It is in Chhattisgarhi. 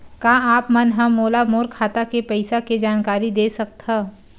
का आप मन ह मोला मोर खाता के पईसा के जानकारी दे सकथव?